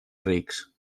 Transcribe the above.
rics